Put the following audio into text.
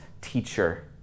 teacher